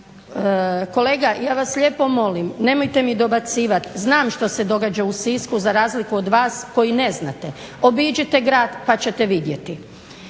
Kolega ja vas lijepo molim, nemojte mi dobacivati, znam što se događa u Sisku za razliku od vas koji ne znate, obiđite grad pa ćete vidjeti.